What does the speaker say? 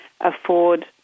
afford